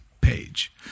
page